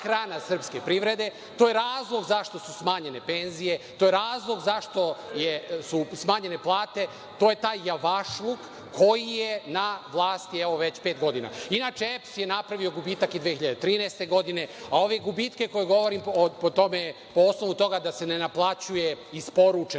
rana srpske privrede. To je razlog zašto su smanjene penzije, to je razlog zašto su smanjene plate. To je taj javašluk koji je na vlasti evo već pet godina. Inače, EPS je napravio gubitak i 2013. godine, a ove gubitke, o kojima govorim, po osnovu toga da se ne naplaćuje isporučena